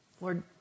Lord